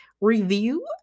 review